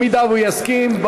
אם הוא יסכים.